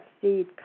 seed